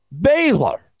Baylor